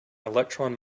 electron